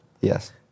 Yes